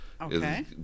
okay